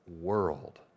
world